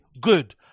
good